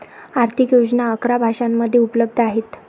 आर्थिक योजना अकरा भाषांमध्ये उपलब्ध आहेत